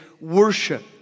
worship